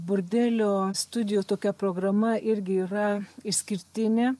burdelio studijų tokia programa irgi yra išskirtinė